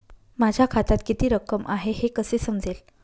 माझ्या खात्यात किती रक्कम आहे हे कसे समजेल?